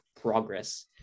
progress